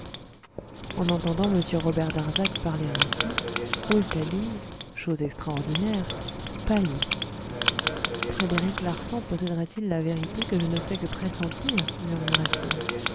en entendant m robert darzac parler ainsi rouletabille chose extraordinaire pâlit frédéric larsan posséderait il la vérité que je ne fais que pressentir murmura-t-il